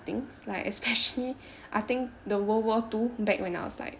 things like especially I think the world war two back when I was like